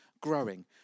growing